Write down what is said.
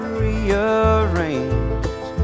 rearranged